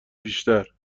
بیشتر